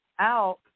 out